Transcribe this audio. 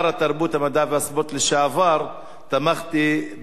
המדע והספורט לשעבר תמכתי במירוץ הסוסים.